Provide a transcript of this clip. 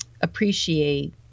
appreciate